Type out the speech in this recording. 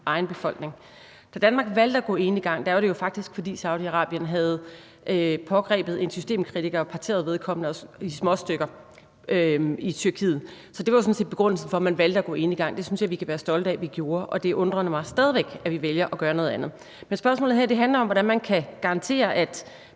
egen befolkning. Da Danmark valgte at gå enegang, var det jo faktisk, fordi Saudi-Arabien havde pågrebet en systemkritiker og parteret vedkommende i småstykker i Tyrkiet. Det var sådan set begrundelsen for, at man valgte at gå enegang, og det synes jeg vi kan være stolte af at vi gjorde. Og det undrer mig stadig væk, at vi vælger at gøre noget andet. Men spørgsmålet her handler om, hvordan man kan garantere, at